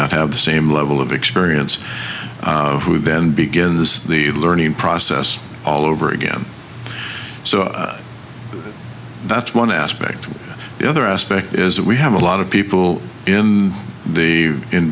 not have the same level of experience who then begins the learning process all over again so that's one aspect the other aspect is that we have a lot of people in the in